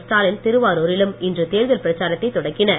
ஸ்டாலின் திருவாரூரிலும் இன்று தேர்தல் பிரச்சாரத்தை தொடக்கினர்